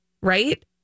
right